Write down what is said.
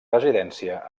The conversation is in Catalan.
residència